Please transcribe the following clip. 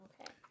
Okay